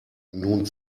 nun